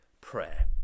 prayer